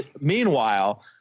meanwhile